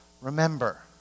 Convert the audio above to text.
Remember